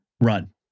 run